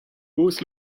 vus